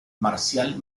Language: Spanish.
marcial